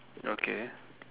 okay